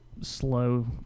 slow